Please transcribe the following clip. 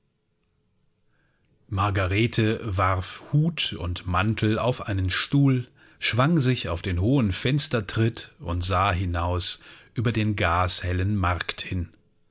margarete warf hut und mantel auf einen stuhl schwang sich auf den hohen fenstertritt und sah hinaus über den gashellen markt hin